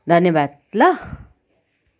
धन्यबाद ल